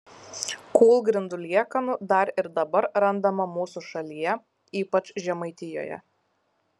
kūlgrindų liekanų dar ir dabar randama mūsų šalyje ypač žemaitijoje